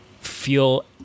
feel